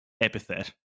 epithet